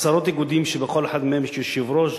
עשרות איגודים שבכל אחד מהם יש יושב-ראש,